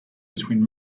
between